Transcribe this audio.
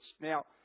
Now